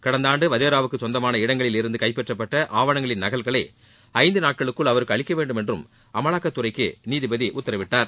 கடந்த ஆண்டு வதேராவுக்கு சொந்தமான இடங்களில் இருந்து கைப்பற்றப்பட்ட ஆவணங்களின் நகல்களை ஐந்து நாட்களுக்குள் அவருக்கு அளிக்க வேண்டும் என்றும் அமலாக்கத்துறைக்கு நீதிபதி உத்தரவிட்டார்